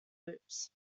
loops